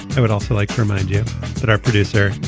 i would also like to remind you that our producer,